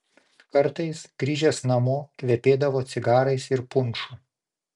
kartais grįžęs namo kvepėdavo cigarais ir punšu